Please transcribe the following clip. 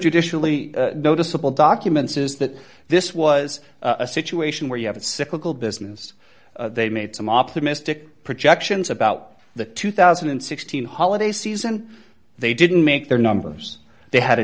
judicially noticeable documents is that this was a situation where you have a cyclical business they made some optimistic projections about the two thousand and sixteen holiday season they didn't make their numbers they had a